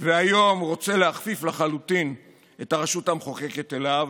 והיום הוא רוצה להכפיף לחלוטין את הרשות המחוקקת אליו